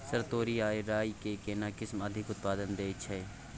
Sir तोरी आ राई के केना किस्म अधिक उत्पादन दैय छैय?